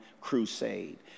crusade